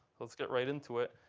let's get right into it.